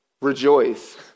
Rejoice